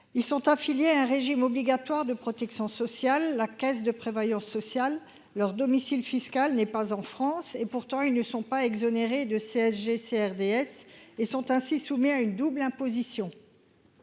sont affiliés à un régime obligatoire de protection sociale, la caisse de prévoyance sociale, et leur domicile fiscal n'est pas en France ; pourtant, ils ne sont pas exonérés de CSG-CRDS et sont ainsi soumis à une double imposition.